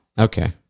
Okay